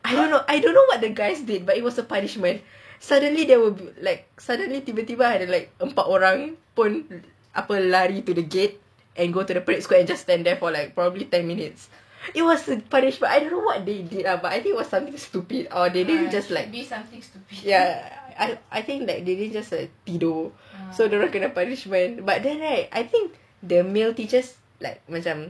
I don't know I don't know what the guys did but it was a punishment suddenly there were like suddenly tiba-tiba ada empat orang pun apa lari to the gate and go to the parade square just stand there for like probably ten minutes it was a punishment but I don't know what they did ah but I think was something stupid or they did it just like ya I I think that they did it just like tak tidur so the rest kena punishment but then right I think the male teachers like macam